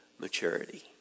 maturity